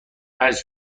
هرچی